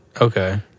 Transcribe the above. Okay